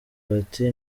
bati